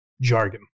jargon